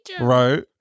Right